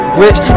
rich